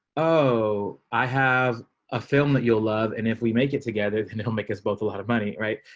oh, i have a film that you'll love and if we make it together and they'll make us both a lot of money. right.